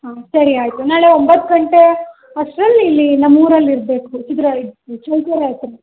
ಹಾಂ ಸರಿ ಆಯಿತು ನಾಳೆ ಒಂಬತ್ತು ಗಂಟೆ ಅಷ್ಟರಲ್ಲಿ ಇಲ್ಲಿ ನಮ್ಮೂರಲ್ಲಿ ಇರಬೇಕು ಚಿತ್ರ ಚಳ್ಳಕೆರೆ ಹತ್ತಿರ